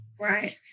Right